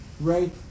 right